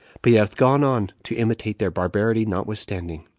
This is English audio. but he hath gone on to imitate their barbarity notwithstanding.